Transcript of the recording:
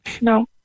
No